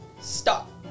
stop